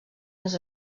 les